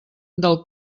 del